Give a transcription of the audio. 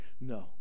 no